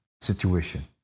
situation